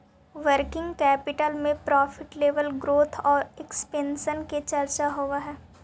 working capital में profit level growth आउ expansion के चर्चा होवऽ हई